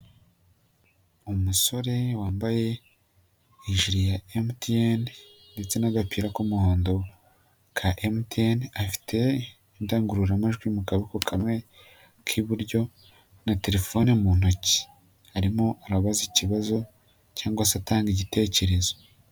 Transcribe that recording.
Umusore wambaye hejuru ya MTN ndetse n'agapira k'umuhondo ka MTN, afite indangururamajwi mu kaboko kamwe k'iburyo na terefone mu ntoki, arimo arabaza ikibazo cyangwa se atanga igitekerezo.